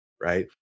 right